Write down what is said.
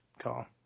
call